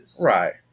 right